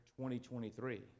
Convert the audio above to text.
2023